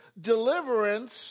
deliverance